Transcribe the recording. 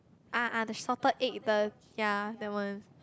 ah ah the salted egg the ya that one